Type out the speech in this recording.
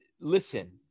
Listen